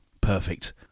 Perfect